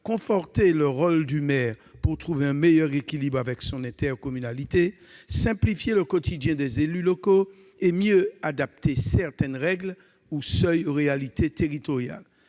conforter le rôle du maire pour que celui-ci puisse trouver un meilleur équilibre avec son intercommunalité, à simplifier le quotidien des élus locaux et à mieux adapter certaines règles ou certains seuils aux réalités territoriales.